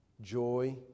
joy